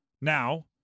Now